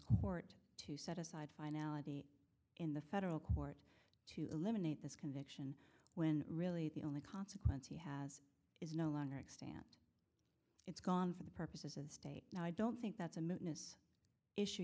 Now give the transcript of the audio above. court to set aside finality in the federal court to eliminate this conviction when really the only consequence he has is no longer extent it's gone for the purposes of the state and i don't think that's a